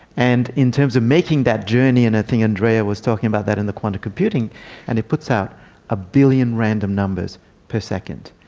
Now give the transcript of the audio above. and in terms of making that journey, and i think andrea was talking about that in the quantum computing and it puts out a billion random numbers per second,